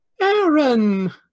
aaron